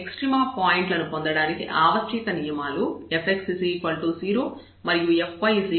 F extrema పాయింట్లను పొందడానికి ఆవశ్యక నియమాలు Fx0 మరియు Fy0